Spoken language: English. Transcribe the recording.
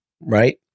right